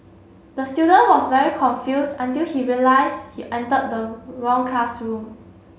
the student was very confused until he realize he entered the wrong classroom